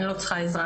אני לא צריכה עזרה,